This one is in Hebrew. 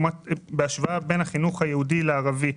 בין החינוך העברי לערבי.